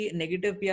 negative